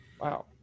Wow